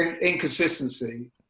inconsistency